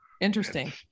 interesting